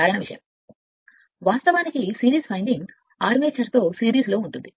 కాబట్టి సిరీస్ వాస్తవానికి series winding వాస్తవానికి అది ఆ ఆర్మేచర్తో సిరీస్లో ఉంటుంది